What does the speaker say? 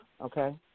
okay